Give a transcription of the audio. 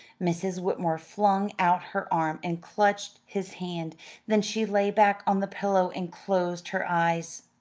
mrs. whitmore flung out her arm and clutched his hand then she lay back on the pillow and closed her eyes.